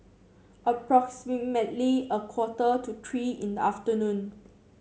approximately a quarter to three in the afternoon